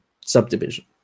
subdivision